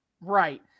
right